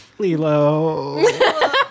Lilo